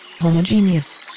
Homogeneous